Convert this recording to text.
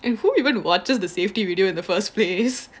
and who even what does the safety video in the first place